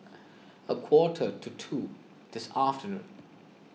a quarter to two this afternoon